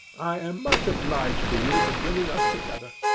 i am much obliged to you for bringing us together.